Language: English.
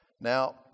now